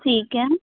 ਠੀਕ ਹੈ